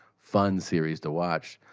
fun series to watch,